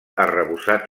arrebossat